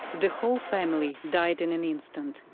the whole family died in an instant,